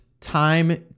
time